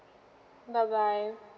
bye bye